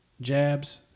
jabs